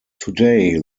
today